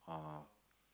uh